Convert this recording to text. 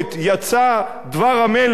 יצא דבר המלך,